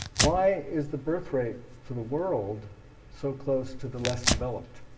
why is the birthrate for the world so close to the less developed?